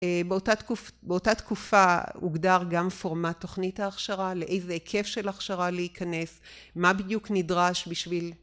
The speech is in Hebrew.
באותה תקופ... באותה תקופה הוגדר גם פורמט תוכנית ההכשרה, לאיזה היקף של הכשרה להיכנס, מה בדיוק נדרש בשביל...